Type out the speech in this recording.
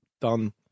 done